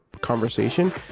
conversation